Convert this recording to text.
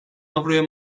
avroya